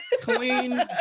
clean